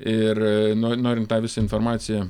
ir no norint tą visą informaciją